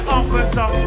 officer